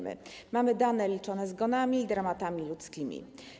Mamy dane liczone zgonami i dramatami ludzkimi.